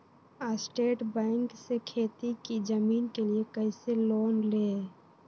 State Bank से खेती की जमीन के लिए कैसे लोन ले?